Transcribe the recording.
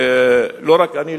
לא רק אני,